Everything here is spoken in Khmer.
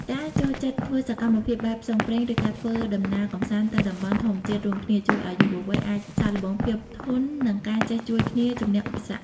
ការចូលចិត្តធ្វើសកម្មភាពបែបផ្សងព្រេង ឬការធ្វើដំណើរកម្សាន្តទៅតំបន់ធម្មជាតិរួមគ្នា ជួយឱ្យយុវវ័យអាចសាកល្បងភាពធន់ និងការចេះជួយគ្នាជម្នះឧបសគ្គ។